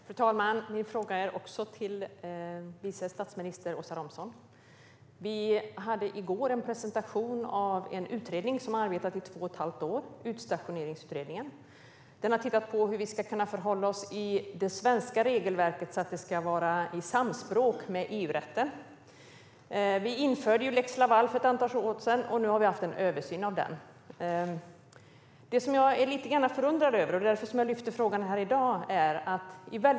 Fru talman! Min fråga går också till vice statsminister Åsa Romson. Vi hade i går en presentation av en utredning som har arbetat i två och ett halvt år, utstationeringsutredningen. Den har tittat på hur vi ska kunna förhålla oss så att det svenska regelverket ska vara i samspråk med EU-rätten. Vi införde lex Laval för ett antal år sedan. Nu har vi haft en översyn av den. Det finns dock något som jag är förundrad över och som får mig att ta upp denna fråga i dag.